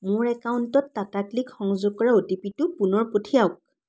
মোৰ একাউণ্টত টাটা ক্লিক সংযোগ কৰা অ'টিপিটো পুনৰ পঠিয়াওক